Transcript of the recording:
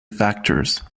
factors